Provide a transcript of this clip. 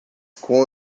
com